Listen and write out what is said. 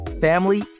family